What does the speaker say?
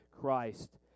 Christ